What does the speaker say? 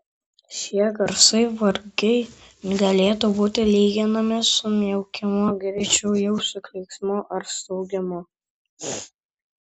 šie garsai vargiai galėtų būti lyginami su miaukimu greičiau jau su klyksmu ar staugimu